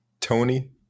Tony